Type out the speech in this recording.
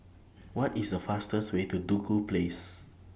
What IS The fastest Way to Duku Place